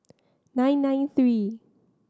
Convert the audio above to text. nine nine three